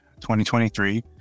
2023